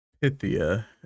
Pythia